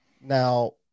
Now